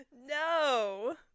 No